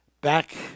back